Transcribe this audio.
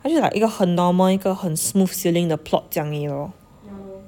like 一个很 normal 一个很 smooth sailing 的 plot 这样 lor